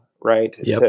Right